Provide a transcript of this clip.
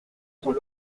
sont